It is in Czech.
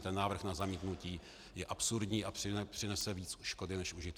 Ten návrh na zamítnutí je absurdní a přinese víc škody než užitku.